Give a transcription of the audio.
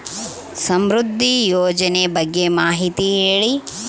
ಸಮೃದ್ಧಿ ಯೋಜನೆ ಬಗ್ಗೆ ಮಾಹಿತಿ ಹೇಳಿ?